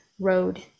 road